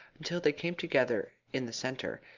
until they came together in the centre,